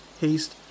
haste